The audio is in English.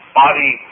body